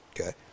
Okay